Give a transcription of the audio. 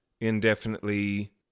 indefinitely